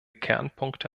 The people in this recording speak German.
kernpunkte